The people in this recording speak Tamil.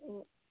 ம்